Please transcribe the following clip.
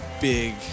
big